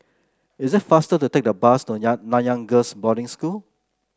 is it faster to take the bus to Nanyang Girls' Boarding School